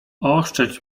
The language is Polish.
oszczędź